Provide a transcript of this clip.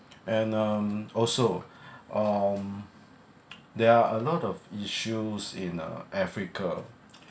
and um also um there are a lot of issues in uh africa